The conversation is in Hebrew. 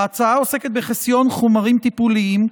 ההצעה עוסקת בחסיון חומרים טיפוליים,